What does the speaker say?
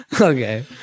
Okay